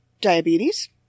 diabetes